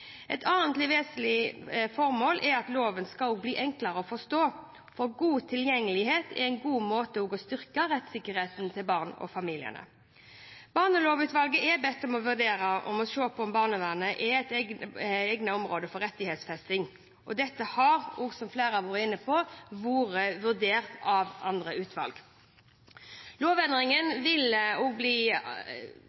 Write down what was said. Et annet vesentlig formål er at loven skal bli enklere å forstå, for god tilgjengelighet er en god måte å styrke rettsikkerheten til barna og familiene. Barnevernlovutvalget er bedt om å vurdere og å se på om barnevernet er et egnet område for rettighetsfesting, og dette har, som flere har vært inne på, også blitt vurdert av andre utvalg. Lovendringen vil